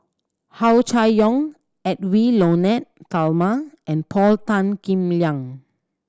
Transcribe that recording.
Hua Chai Yong Edwy Lyonet Talma and Paul Tan Kim Liang